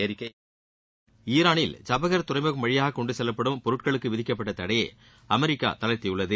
America ஈரானில் சபஹார் துறைமுகம் வழியாக கொண்டு செல்லப்படும் பொருட்களுக்கு விதிக்கப்பட்ட தடையை அமெரிக்கா தளர்த்தியுள்ளது